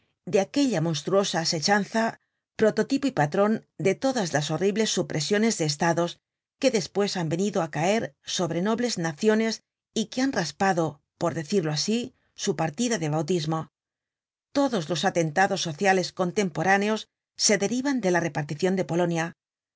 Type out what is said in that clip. de aquella monstruosa asechanza prototipo y patron de todas las horribles supresiones de estados que despues han venido á caer sobre nobles naciones y que han raspado por decirlo asi su partida de bautismo todos los atentados sociales contemporáneos se derivan de la reparticion de polonia